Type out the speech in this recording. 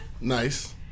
Nice